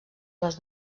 les